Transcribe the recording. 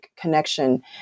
connection